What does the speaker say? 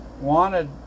wanted